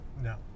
no